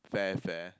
fair fair